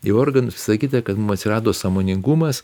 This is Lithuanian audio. į organus visa kita kad atsirado sąmoningumas